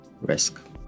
risk